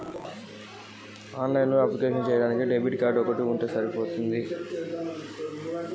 On line ద్వారా పొదుపు ఖాతాను తెరవడానికి ఎటువంటి పత్రాలను నింపాల్సి ఉంటది?